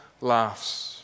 laughs